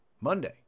Monday